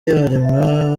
yaremwa